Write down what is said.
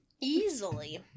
Easily